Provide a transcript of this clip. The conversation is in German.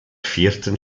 vierten